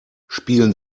spielen